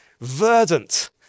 verdant